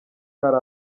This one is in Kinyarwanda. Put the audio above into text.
hari